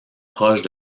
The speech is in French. proche